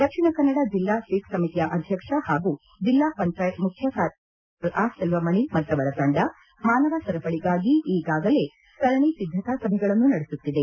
ದಕ್ಷಿಣ ಕನ್ನಡ ಜಿಲ್ಲಾ ಸ್ವೀಪ್ ಸಮಿತಿಯ ಅಧ್ಯಕ್ಷ ಹಾಗೂ ಜಿಲ್ಲಾ ಪಂಚಾಯತ್ ಮುಖ್ಯ ಕಾರ್ಯನಿರ್ವಾಹಕ ಅಧಿಕಾರಿ ಡಾಆರ್ ಸೆಲ್ವಮಣಿ ಮತ್ತವರ ತಂಡ ಮಾನವ ಸರಪಳಿಗಾಗಿ ಈಗಾಗಲೇ ಸರಣಿ ಸಿದ್ದತಾ ಸಭೆಗಳನ್ನು ನಡೆಸುತ್ತಿದೆ